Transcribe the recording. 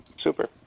Super